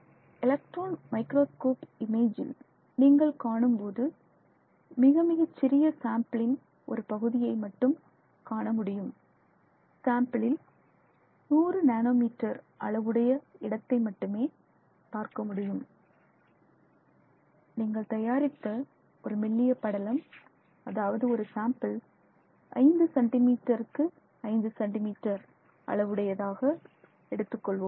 electron microscope image நீங்கள் காணும்போது மிக மிகச்சிறிய சாம்பிளின் ஒரு பகுதியை மட்டும் காணமுடியும் சாம்பிளின் 100 நேனோ மீட்டர் அளவுடைய இடத்தை மட்டுமே பார்க்க முடியும் நீங்கள் தயாரித்த ஒரு மெல்லிய படலம் அதாவது ஒரு சாம்பிள் ஐந்து சென்டி மீட்டருக்கு 5 சென்டிமீட்டர் அளவுடையதாக எடுத்துக்கொள்வோம்